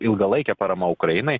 ilgalaikė parama ukrainai